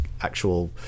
actual